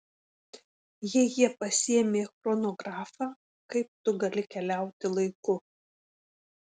jei jie pasiėmė chronografą kaip tu gali keliauti laiku